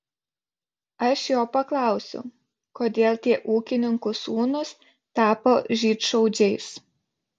aš jo paklausiau kodėl tie ūkininkų sūnūs tapo žydšaudžiais